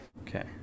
okay